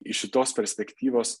iš šitos perspektyvos